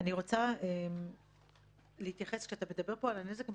אתה מדבר פה על הנזק המתמשך,